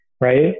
right